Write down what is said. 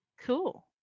Cool